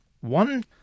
One